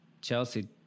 Chelsea